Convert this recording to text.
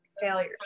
failures